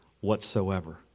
whatsoever